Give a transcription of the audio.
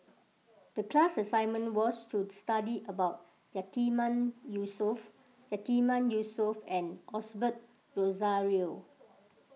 the class assignment was to study about Yatiman Yusof Yatiman Yusof and Osbert Rozario